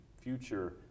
future